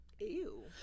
Ew